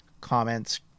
comments